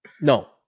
No